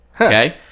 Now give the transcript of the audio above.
Okay